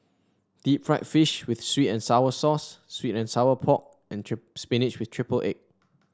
Deep Fried Fish with sweet and sour sauce sweet and Sour Pork and trip spinach with triple egg